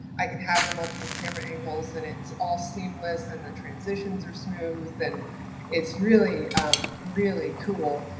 i can have the multiple camera angles and it's all seamless and the transitions are smooth and it's really um really cool.